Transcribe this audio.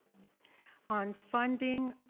on funding.